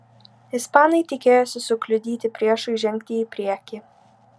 ispanai tikėjosi sukliudyti priešui žengti į priekį